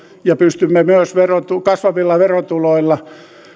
ja pystymme myös kasvavilla verotuloilla